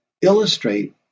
illustrate